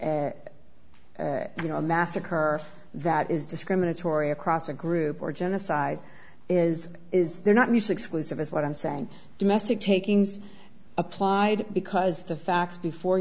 a you know a massacre that is discriminatory across a group or genocide is is they're not nice exclusive is what i'm saying domestic takings applied because the facts before